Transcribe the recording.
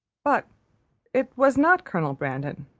but it was not colonel brandon